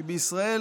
הרי בישראל